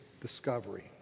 discovery